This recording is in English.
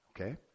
Okay